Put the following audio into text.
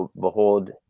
behold